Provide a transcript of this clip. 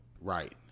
Right